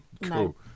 no